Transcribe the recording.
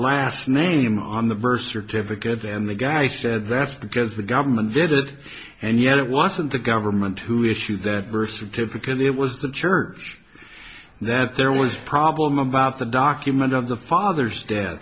last name on the birth certificate and the guy said that's because the government did it and yet it wasn't the government who issued that birth certificate it was the church that there was a problem about the document of the father's dea